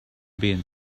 being